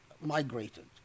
migrated